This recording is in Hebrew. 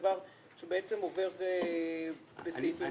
דבר שעובר בסעיפים נוספים.